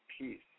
peace